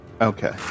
Okay